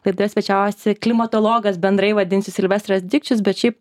laidoje svečiavosi klimatologas bendrai vadinsiu silvestras dikčius bet šiaip